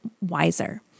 wiser